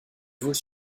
vaux